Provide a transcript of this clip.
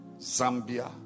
Zambia